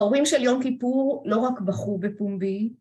‫הורים של יום כיפור לא רק בכו בפומבי.